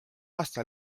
aasta